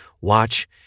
watch